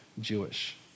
Jewish